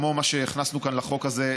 כמו מה שהכנסנו לחוק הזה,